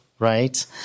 Right